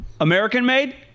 American-made